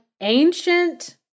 ancient